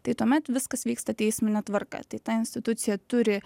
tai tuomet viskas vyksta teismine tvarka tai ta institucija turi